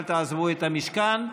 אל תעזבו את המשכן,